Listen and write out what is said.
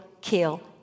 kill